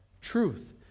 Truth